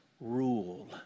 Rule